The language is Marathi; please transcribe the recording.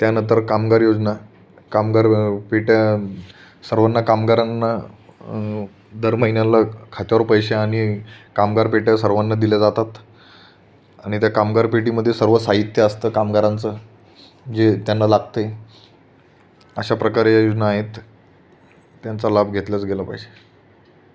त्यानंतर कामगार योजना कामगार पेट्या सर्वांना कामगारांना दर महिन्याला खात्यावर पैसे आणि कामगार पेट्या सर्वांना दिल्या जातात आणि त्या कामगार पेटीमधे सर्व साहित्य असतं कामगारांचं जे त्यांना लागतंय अशा प्रकारे ह्या योजना आहेत त्यांचा लाभ घेतलाच गेला पाहिजे